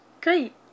Great